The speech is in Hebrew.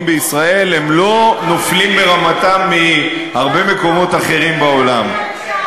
בישראל לא נופלים ברמתם מהרבה מקומות אחרים בעולם.